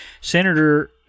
Senator